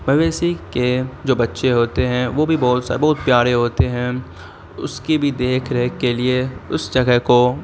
مویشی کے جو بچے ہوتے ہیں وہ بھی بہت سا بہت پیارے ہوتے ہیں اس کی بھی دیکھ ریکھ کے لیے اس جگہ کو